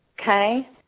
Okay